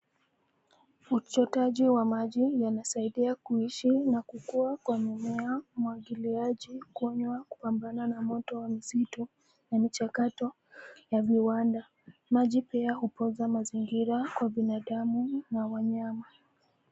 Uchotaji wa maji yanasaidia kuishi na kukua kwa mimea, umwagiliaji, kunywa, kupambana na moto wa misitu na michakato ya viwanda. Maji pia hupoza mazingira kwa binadamu na wanyama.